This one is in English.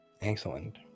Excellent